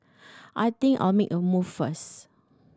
I think I'll make a move first